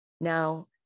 Now